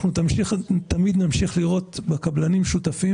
אנחנו תמיד נמשיך לראות בקבלנים שותפים